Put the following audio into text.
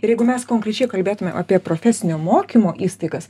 ir jeigu mes konkrečiai kalbėtume apie profesinio mokymo įstaigas